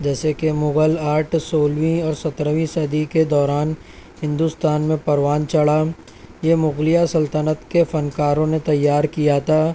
جیسے کہ مغل آرٹ سولھویں اور سترویں صدی کے دوران ہندوستان میں پروان چڑھا یہ مغلیہ سلطنت کے فنکاروں نے تیار کیا تھا